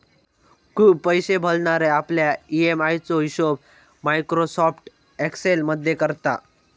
पैशे भरणारे आपल्या ई.एम.आय चो हिशोब मायक्रोसॉफ्ट एक्सेल मध्ये करता